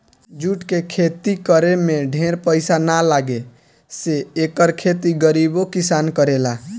jute के खेती करे में ढेर पईसा ना लागे से एकर खेती गरीबो किसान करेला